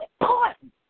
important